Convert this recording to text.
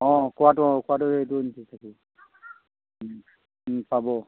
অঁ কোৱাটো অঁ কোৱাটো সেইটো থাকেই পাব